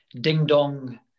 ding-dong